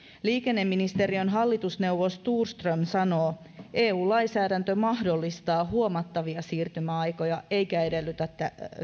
liikenneministeriön hallitusneuvos thorström sanoo eu lainsäädäntö mahdollistaa huomattavia siirtymäaikoja eikä edellytä